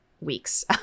weeks